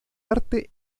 arte